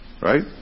Right